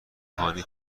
هانی